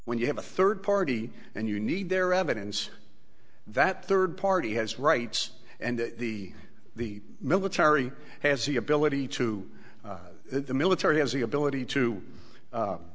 when you have a third party and you need their evidence that third party has rights and the the military has the ability to the military has the ability to